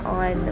on